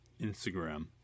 Instagram